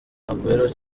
aguero